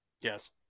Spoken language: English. Yes